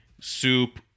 soup